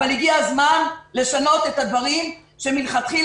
אבל הגיע הזמן לשנות את הדברים שמלכתחילה